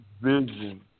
vision